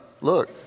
Look